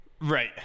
Right